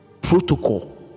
Protocol